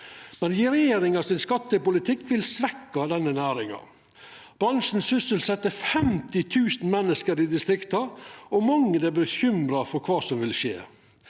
Regjeringa sin skattepolitikk vil svekkja denne næringa. Bransjen sysselset 50 000 menneske i distrikta, og mange er bekymra for kva som vil skje.